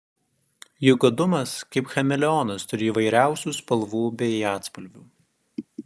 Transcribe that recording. juk godumas kaip chameleonas turi įvairiausių spalvų bei atspalvių